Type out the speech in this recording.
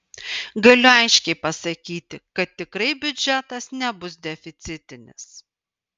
galiu aiškiai pasakyti kad tikrai biudžetas nebus deficitinis